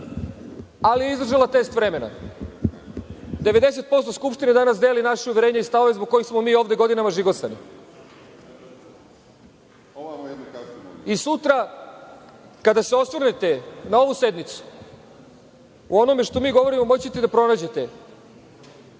ali je izdržala test vremena. Devedeset posto Skupštine danas deli naše uverenje i stavove zbog kojih smo mi ovde godinama žigosani. Sutra kada se osvrnete na ovu sednicu u onome što mi govorimo moći ćete da pronađete